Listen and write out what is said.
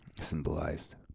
symbolized